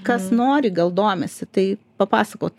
kas nori gal domisi tai papasakot